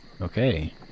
Okay